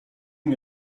nie